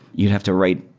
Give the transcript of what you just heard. you have to write